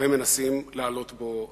הוא מקום קדוש, ומנסים להעלות בו אש.